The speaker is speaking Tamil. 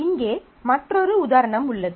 இங்கே மற்றொரு உதாரணம் உள்ளது